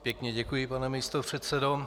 Pěkně děkuji, pane místopředsedo.